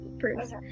first